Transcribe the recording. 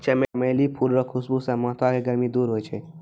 चमेली फूल रो खुशबू से माथो के गर्मी दूर होय छै